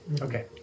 Okay